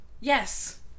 Yes